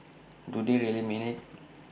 do they really mean IT